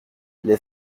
les